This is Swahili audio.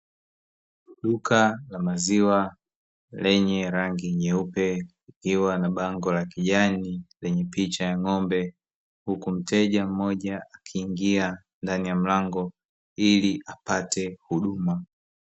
Duka la maziwa lenye rangi nyeupe likiwa na bango la kijani lenye picha ya ng'ombe, huku mteja mmoja akiingia ndani ya mlango ili apate huduma.